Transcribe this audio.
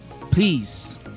please